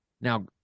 Now